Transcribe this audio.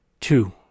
two